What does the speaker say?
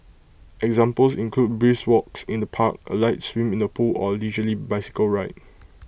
examples include brisk walks in the park A light swim in the pool or A leisurely bicycle ride